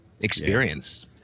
experience